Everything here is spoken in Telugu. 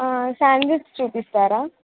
శాండిల్స్ చూపిస్తారా